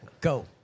go